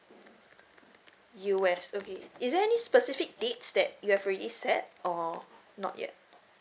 U_S okay is there any specific dates that you have already set or not yet